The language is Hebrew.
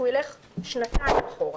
שהוא ילך שנתיים אחורה.